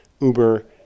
Uber